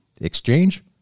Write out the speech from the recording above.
Exchange